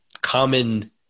common